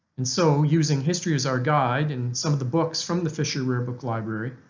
and so, using history as our guide in some of the books from the fisher rare book library,